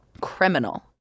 criminal